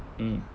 mm